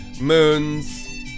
moons